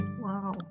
Wow